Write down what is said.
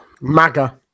MAGA